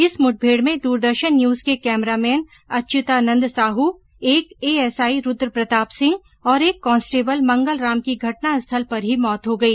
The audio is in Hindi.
इस मुठभेड़ में द्रदर्शन न्यूज के कैमरामेन अच्युतानंद साह एक A S I Rudra Pratap Singh और एक कांस्टेबल मंगल राम की घटनास्थल पर ही मौत हो गई